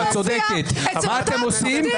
את צודקת...מה אתם עושים?